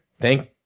Thank